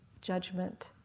judgment